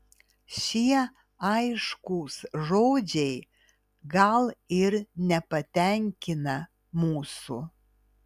šie aiškūs žodžiai gal ir nepatenkina mūsų